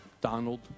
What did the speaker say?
Donald